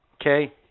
okay